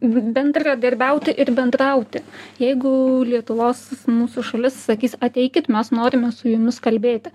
bendradarbiauti ir bendrauti jeigu lietuvos mūsų šalis sakys ateikit mes norime su jumis kalbėti